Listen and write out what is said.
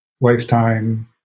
lifetime